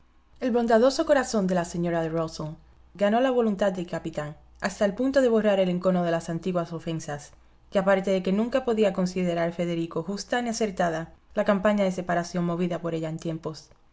el bondadoso corazón de la señora de rusell ganó la voluntad del capitán hasta el punto de borrar el encono de las antiguas ofensas y aparte de que nunca podía considerar federico justa ni acertada la campaña de separación movida por ella en tiempos